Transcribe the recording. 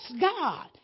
God